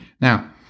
Now